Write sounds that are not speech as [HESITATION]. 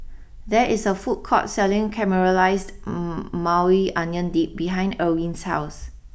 there is a food court selling Caramelized [HESITATION] Maui Onion Dip behind Erwin's house